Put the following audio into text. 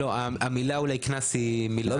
המילה "קנס" אולי מילה בעייתית.